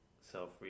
self